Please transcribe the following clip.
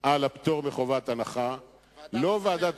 על הפטור מחובת הנחה, הוועדה